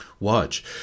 Watch